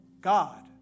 God